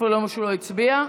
אפילו ששלמה לא הצביע,